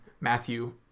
Matthew